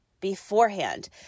beforehand